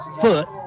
foot